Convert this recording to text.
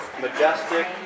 Majestic